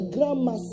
Grandma